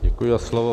Děkuji za slovo.